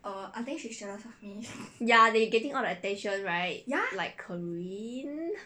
ya that you're getting all the attention right like carine